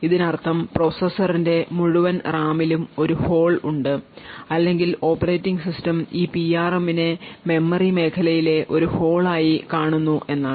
ഇതിനർത്ഥം പ്രോസസറിന്റെ മുഴുവൻ റാമിലും ഒരു hole ഉണ്ട് അല്ലെങ്കിൽ ഓപ്പറേറ്റിംഗ് സിസ്റ്റം ഈ പിആർഎമ്മിനെ മെമ്മറി മേഖലയിലെ ഒരു hole ആയി കാണുന്നു എന്നാണ്